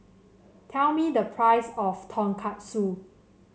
tell me the price of Tonkatsu